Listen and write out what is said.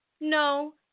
No